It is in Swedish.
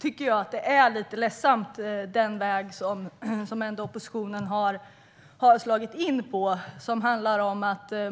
tycker jag att det är lite ledsamt med den väg oppositionen ändå har slagit in på.